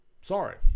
Sorry